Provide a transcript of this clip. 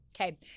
okay